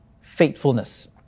faithfulness